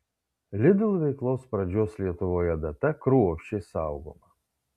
lidl veiklos pradžios lietuvoje data kruopščiai saugoma